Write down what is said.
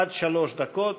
עד שלוש דקות.